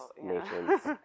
nation's